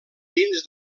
dins